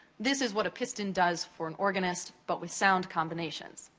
this is what a piston does for an organist, but with sound combinations.